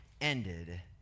ended